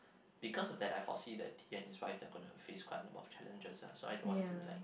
because of that I foresee that Ian his wife they are gonna to face quite a number of challenges lah so I don't want to like